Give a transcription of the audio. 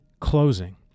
closing